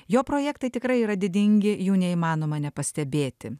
jo projektai tikrai yra didingi jų neįmanoma nepastebėti